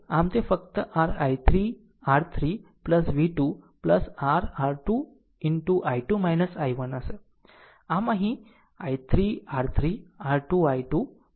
આમ તે ફક્ત આ r I3 R3 v 2 r R 2 into I2 I1 હશે